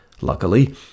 Luckily